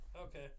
okay